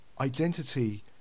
Identity